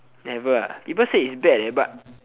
never ah people say it's bad leh but